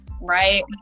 Right